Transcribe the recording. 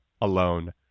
alone